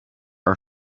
are